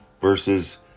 versus